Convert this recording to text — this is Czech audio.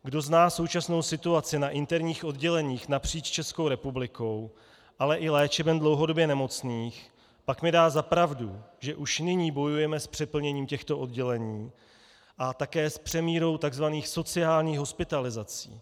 Kdo zná současnou situaci na interních odděleních napříč Českou republikou, ale i léčeben dlouhodobě nemocných, pak mi dá za pravdu, že už nyní bojujeme s přeplněním těchto oddělení a také s přemírou tzv. sociálních hospitalizací.